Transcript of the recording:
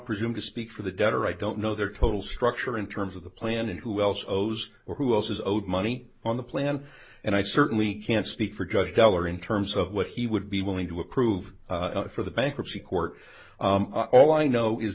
presume to speak for the debtor i don't know their total structure in terms of the plan and who else knows or who else is owed money on the plan and i certainly can't speak for judge teller in terms of what he would be willing to approve for the bankruptcy court all i know is